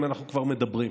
אם אנחנו כבר מדברים.